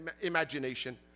imagination